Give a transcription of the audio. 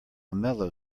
mellow